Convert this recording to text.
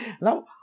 Now